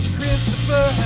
Christopher